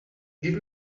give